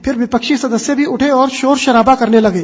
फिर विपक्षी सदस्य भी उठे और शोरशराबा करने लगे